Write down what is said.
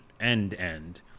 end-end